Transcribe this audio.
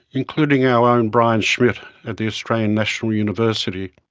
including our own brian schmidt at the australian national university.